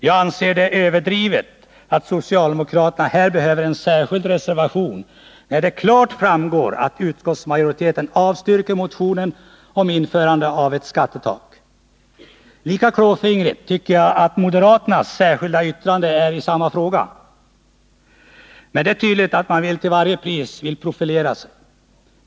Jag anser det överdrivet av socialdemokraterna att avge en reservation, när det klart framgår att utskottsmajoriteten avstyrker motionen om införande av ett skattetak. Lika klåfingrigt tycker jag moderaternas är. Det är tydligt att man till varje pris vill profilera sig.